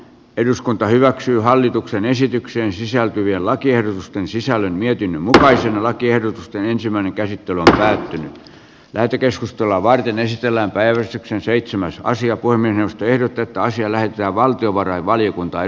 eduskunta hyväksyy hallituksen esitykseen sisältyvien lakien sisällön jokin muu saisi lakiehdotusten ensimmäinen käsittely ärtynyt lähetekeskustelua varten esitellään päivystyksen seitsemänssä asia kuin minusta ehdotetaan siellä talousarvioaloite lähetetään valtiovarainvaliokuntaan